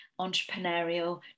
entrepreneurial